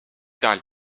dans